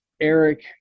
Eric